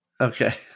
Okay